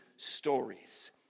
stories